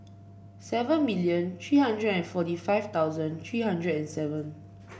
seven million three hundred forty five thousand three hundred and seven